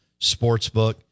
Sportsbook